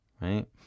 right